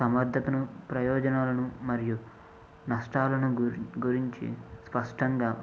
సమర్దతను ప్రయోజనాలను మరియు నష్టాలను గురించి స్పష్టంగా